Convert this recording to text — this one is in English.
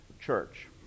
church